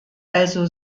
also